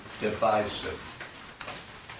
divisive